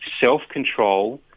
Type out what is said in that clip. self-control